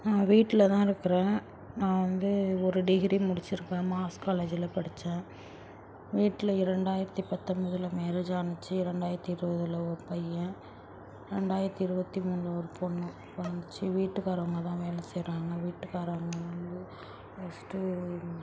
நான் வீட்டிலதான் இருக்கிறேன் நான் வந்து ஒரு டிகிரி முடிச்சுருப்பேன் மாஸ் காலேஜில் படிச்தேன் வீட்டில் இரண்டாயிரத்து பத்தம்பதுல மேரேஜ் ஆணுச்சு இரண்டாயிரத்து இருபதுல ஒரு பையன் ரெண்டாயிரத்து இருபத்தி மூணில ஒரு பொண்ணு பிறந்துச்சி வீட்டுக்காரவங்க தான் வேலை செய்யறாங்க வீட்டுக்காரவங்க வந்து ஃபர்ஸ்ட்டு